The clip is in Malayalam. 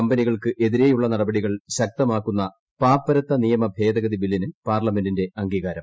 കമ്പനികൾക്ക് എതിരെയുള്ള നടപടികൾ ശക്തമാക്കുന്ന പാപ്പരത്ത നിയമ ഭേദഗതി ബില്ലിന് പാർലമെന്റിന്റെ അംഗീകാരം